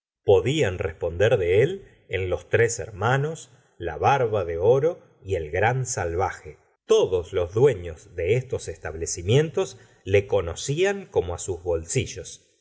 podían responder de en los tres hermanos la barba de oro y el gran salvaje todos los dueños de estos establecimientos le conocían como sus bolsillos dijo